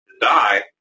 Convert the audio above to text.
die